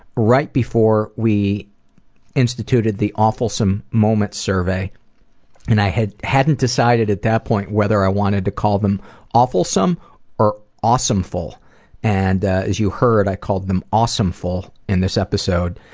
right before we instituted the awfulsome moments survey and i hadn't decided at that point whether i wanted to call them awfulsome or awesomeful and as you heard i called them awesomeful in this episode